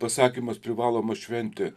pasakymas privaloma šventė